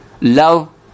Love